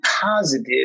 positive